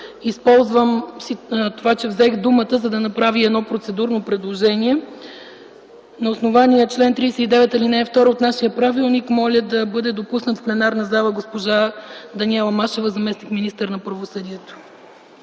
Използвам това, че взех думата, за да направя процедурно предложение - на основание чл. 39, ал. 2 от нашия правилник моля да бъде допусната в пленарната зала госпожа Даниела Машева – заместник-министър на правосъдието.